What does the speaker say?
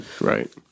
Right